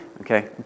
Okay